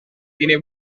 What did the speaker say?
tiene